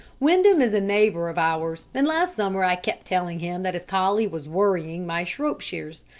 windham is a neighbor of ours, and last summer i kept telling him that his collie was worrying my shropshires.